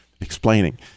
explaining